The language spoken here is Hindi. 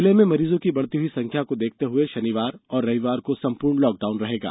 जिले में मरीजों की बढ़ती हुई संख्या को देखते हुए शनिवार और रविवार को संपूर्ण लॉकडाउन रहेगा